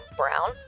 brown